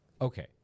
Okay